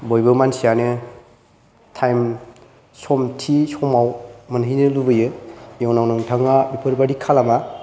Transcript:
बयबो मानसियानो टाइम थि समाव मोनहैनो लुबैयो इयुनाव नोंथाङा बेफोरबादि खालाम नाङा